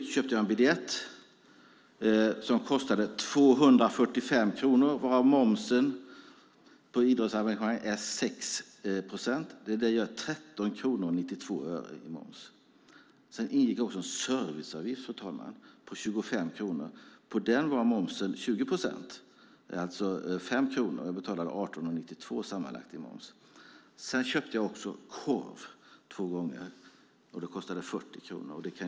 Jag köpte en biljett som kostade 245 kronor, varav momsen var 13:92 - den är 6 procent på idrottsarrangemang. Sedan ingick också en serviceavgift på 25 kronor. På den var momsen 20 procent, alltså 5 kronor. Jag betalade sammanlagt 18:92 i moms. Sedan köpte jag också korv två gånger. Det kostade 40 kronor.